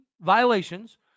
violations